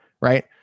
right